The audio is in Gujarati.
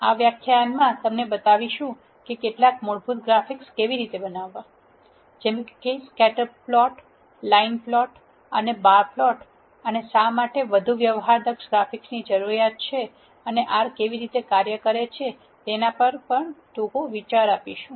આ વ્યાખ્યાનમાં તમને બતાવશુ કે કેટલાક મૂળભૂત ગ્રાફિક્સ કેવી રીતે બનાવવા જેમ કે સ્કેટર પ્લોટ લાઇન પ્લોટ અને બાર પ્લોટ અને શા માટે વધુ વ્યવહારદક્ષ ગ્રાફિક્સની જરૂરિયાત છે અને R તે કેવી રીતે કરે છે તેના પર પણ ટૂંકા વિચાર આપીશું